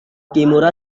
kimura